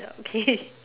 ya okay